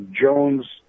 Jones